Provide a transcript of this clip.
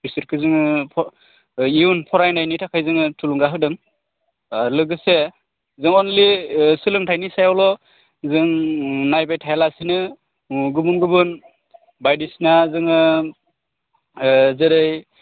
बिसोरखौ जोङो इयुन फरायनायनि थाखाय जोङो थुलुंगा होदों लोगोसे न'ट अन्लि सोलोंथायनि सायावल' जों नायबाय थायालासिनो गुबुन गुबुन बायदिसिना जोङो जेरै